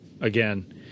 again